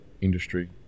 industry